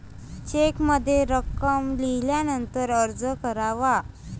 चेकमध्ये रक्कम लिहिल्यानंतरच अर्ज करावा